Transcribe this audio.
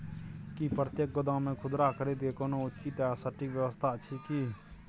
की प्रतेक गोदाम मे खुदरा खरीद के कोनो उचित आ सटिक व्यवस्था अछि की?